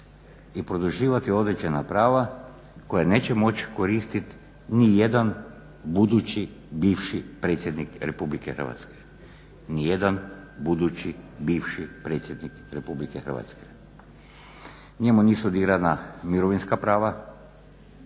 i produživati određena prava koja neće moći koristit nijedan budući, bivši predsjednik Republike Hrvatske. Nijedan budući, bivši